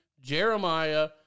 Jeremiah